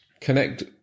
connect